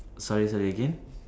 sorry sorry again